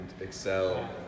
excel